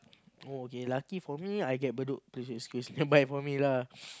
oh okay lucky for me I get Bedok nearby for me lah